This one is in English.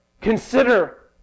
Consider